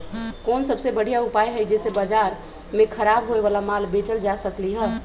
कोन सबसे बढ़िया उपाय हई जे से बाजार में खराब होये वाला माल बेचल जा सकली ह?